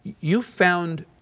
you found